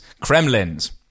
Kremlin's